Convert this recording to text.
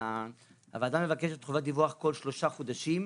הוועדה מבקשת חובת דיווח כל שלושה חודשים.